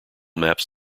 maps